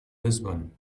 lisbon